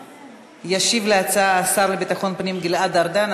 ישיב על ההצעה השר לביטחון פנים גלעד ארדן,